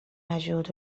ajut